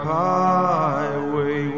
highway